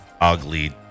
ugly